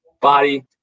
body